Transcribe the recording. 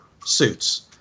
suits